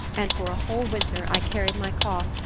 and for a whole winter i carried my cough,